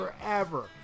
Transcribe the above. forever